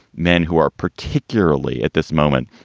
men who are, particularly at this moment,